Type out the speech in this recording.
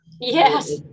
Yes